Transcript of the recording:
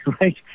right